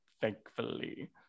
thankfully